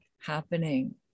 happening